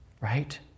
right